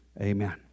Amen